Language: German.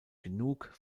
genug